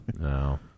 no